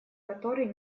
который